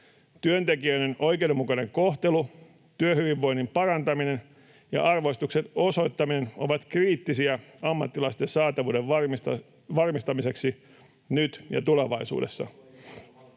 Työntekijöiden oikeudenmukainen kohtelu, työhyvinvoinnin parantaminen ja arvostuksen osoittaminen ovat kriittisiä ammattilaisten saatavuuden varmistamiseksi nyt ja tulevaisuudessa.